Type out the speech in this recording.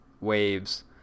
waves